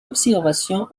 observation